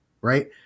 right